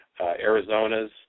Arizona's